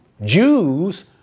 Jews